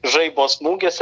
žaibo smūgis